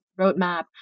roadmap